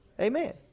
Amen